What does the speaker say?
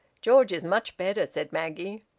george is much better, said maggie.